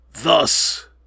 thus